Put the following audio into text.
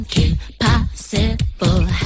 impossible